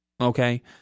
Okay